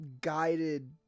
guided